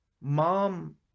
Mom